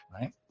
right